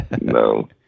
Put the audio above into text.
no